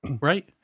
right